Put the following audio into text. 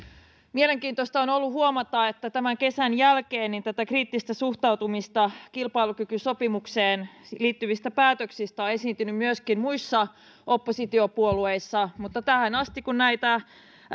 mielenkiintoista on ollut huomata että tämän kesän jälkeen tätä kriittistä suhtautumista kilpailukykysopimukseen liittyvistä päätöksistä on esiintynyt myöskin muissa oppositiopuolueissa mutta tähän asti kun näitä